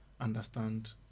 understand